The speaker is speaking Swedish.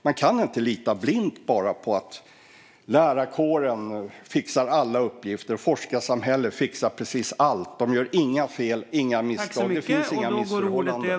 Man kan inte bara lita blint på att lärarkåren fixar alla uppgifter och forskarsamhället fixar precis allt och inte gör några fel eller misstag eller att det inte finns några missförhållanden.